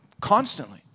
constantly